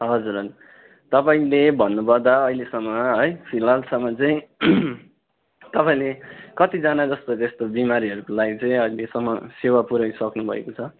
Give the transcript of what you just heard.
हजुर तपाईँले भन्नु पर्दा अहिलेसम्म है फिलहालसम्म चाहिँ तपाईँले कतिजना जस्तो जस्तो बिमारीहरूको लागि चाहिँ अहिलेसम्म सेवा पुर्याइसक्नु भएको छ